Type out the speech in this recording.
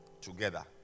together